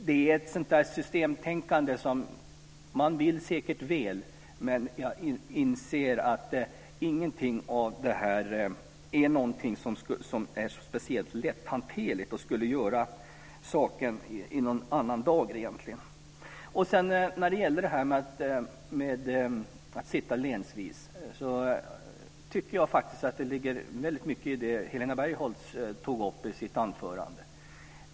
Det är ett systemtänkande. Man vill säkert väl. Men jag inser att ingenting av detta skulle vara speciellt lätthanterligt. Det skulle inte ställa saken i någon annan dager egentligen. När det gäller detta att sitta länsvis tycker jag faktiskt att det ligger väldigt mycket i det Helena Bargholtz tog upp i sitt anförande.